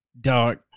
dark